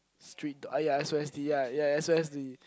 street ah ya S_O_S_D ya ya S_O_S_D